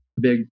big